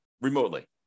remotely